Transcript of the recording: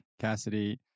Cassidy